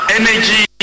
energy